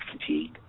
fatigue